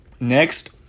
Next